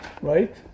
right